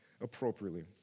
appropriately